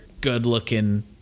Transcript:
good-looking